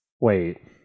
Wait